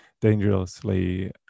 dangerously